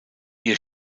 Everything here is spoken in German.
ihr